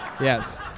Yes